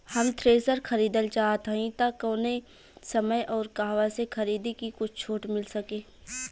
हम थ्रेसर खरीदल चाहत हइं त कवने समय अउर कहवा से खरीदी की कुछ छूट मिल सके?